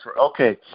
Okay